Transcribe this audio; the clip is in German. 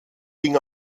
ging